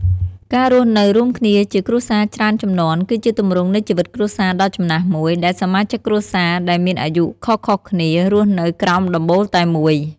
ការរស់នៅរួមគ្នាជាគ្រួសារច្រើនជំនាន់ គឺជាទម្រង់នៃជីវិតគ្រួសារដ៏ចំណាស់មួយ ដែលសមាជិកគ្រួសារដែលមានអាយុខុសៗគ្នារស់នៅក្រោមដំបូលតែមួយ។